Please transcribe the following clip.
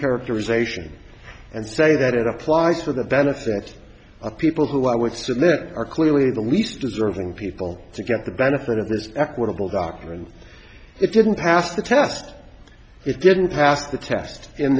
characterization and say that it applies for the benefit of people who i would say that are clearly the least deserving people to get the benefit of this equitable doctrine it didn't pass the test it didn't pass the test in